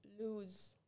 lose